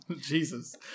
Jesus